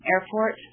Airport